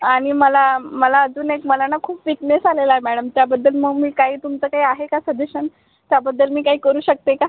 आणि मला मला अजून एक मला ना खूप वीकनेस आलेला आहे मॅडम त्याबद्दल मग मी काही तुमचं काही आहे का सजेशन त्याबद्दल मी काही करू शकते का